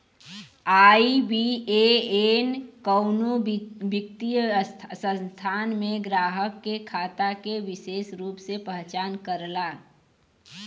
IBAN कउनो वित्तीय संस्थान में ग्राहक के खाता के विसेष रूप से पहचान करला